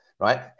right